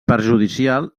perjudicial